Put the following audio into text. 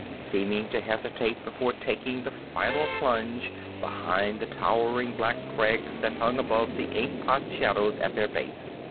seeming to hesitate before taking the final plunge behind the towering black crags that hung above the ink-pot shadows at their base.